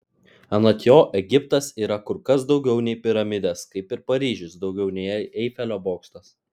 anot jo egiptas yra kur kas daugiau nei piramidės kaip ir paryžius daugiau nei eifelio bokštas